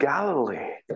Galilee